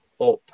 up